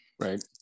Right